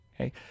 Okay